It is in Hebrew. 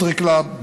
קאנטרי קלאב,